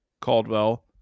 Caldwell